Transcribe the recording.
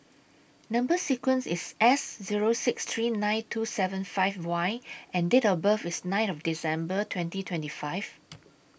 Number sequence IS S Zero six three nine two seven five Y and Date of birth IS nine December twenty twenty five